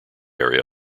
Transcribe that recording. area